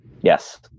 yes